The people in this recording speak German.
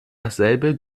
dasselbe